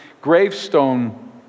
gravestone